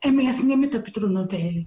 הם מיישמים את הפתרונות האלה.